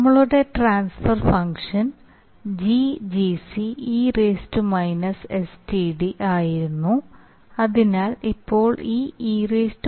നമ്മളുടെ transfer function GGc e sTd ആയിരുന്നു അതിനാൽ ഇപ്പോൾ ഈ e sTd